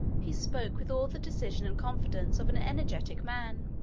he spoke with all the decision and confidence of an energetic man.